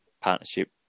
partnership